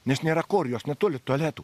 nes nėra kur jos netoli tualetų